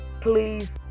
Please